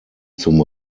zum